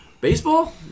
Baseball